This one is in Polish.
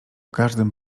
każdym